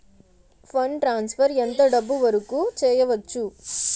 Fund transfer ఎంత డబ్బు వరుకు చేయవచ్చు?